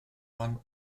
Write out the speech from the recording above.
one